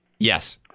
Yes